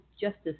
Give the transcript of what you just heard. justice